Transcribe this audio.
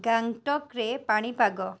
ଗ୍ୟାଙ୍ଗଟକ୍ରେ ପାଣିପାଗ